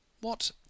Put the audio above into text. What